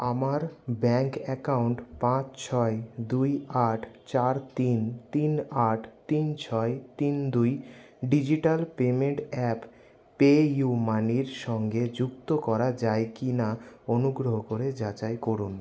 আমার bank account পাঁচ ছয় দুই আট চার তিন তিন আট তিন ছয় তিন দুই digital payment app PayU মানির সঙ্গে যুক্ত করা যায় কি না অনুগ্রহ করে যাচাই করুন